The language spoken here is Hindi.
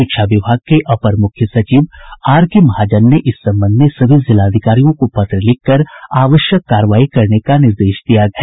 शिक्षा विभाग के अपर मुख्य सचिव आर के महाजन ने इस संबंध में सभी जिलाधिकारियों को पत्र लिखकर आवश्यक कार्रवाई करने का निर्देश दिया है